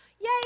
yay